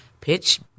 pitch